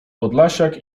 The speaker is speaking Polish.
podlasiak